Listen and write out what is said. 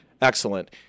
Excellent